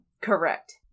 Correct